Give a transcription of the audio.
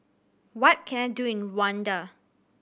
what can I do in Wanda